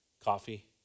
coffee